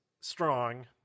Strong